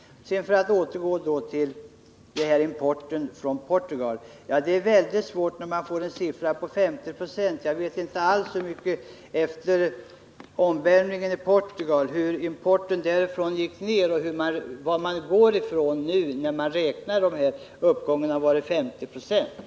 För att återgå till importen från Portugal: det är svårt att bedöma siffran 50 20. Det har ju skett en omvälvning där. Importen därifrån har gått ner, och procentsiffrorna är beroende av den nivå man utgår ifrån när man sedan räknar uppgången.